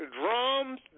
drums